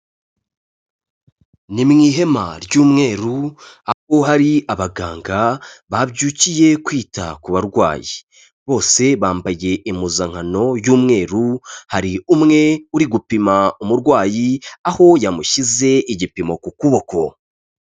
Ni mu ihema ry'umweru, aho hari abaganga babyukiye kwita ku barwayi. Bose bambaye impuzankano y'umweru, hari umwe uri gupima umurwayi, aho yamushyize igipimo ku kuboko.